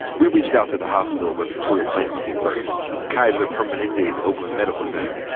we reached out to the hospital where victoria plans to give birth kaiser permanente's oakland medical center.